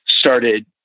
started